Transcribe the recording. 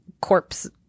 corpse